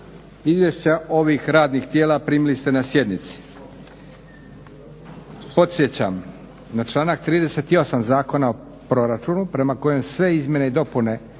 Izvješća ovih radnih tijela primili ste na sjednici. Podsjećam na članak 38. Zakona o proračunu prema kojem sve izmjene i dopune